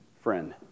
Friend